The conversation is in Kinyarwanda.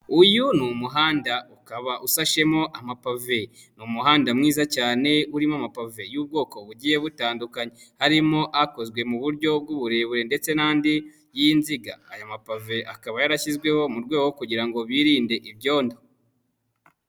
Uyu ni umuhanda ukaba usashemo amapave, ni umuhanda mwiza cyane urimo amapave y'ubwoko bugiye butandukanye harimo akozwe mu buryo bw'uburebure ndetse n'andi y'inziga, aya mapave akaba yarashyizweho mu rwego rwo kugira ngo birinde ibyondo.